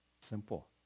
Simple